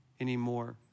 anymore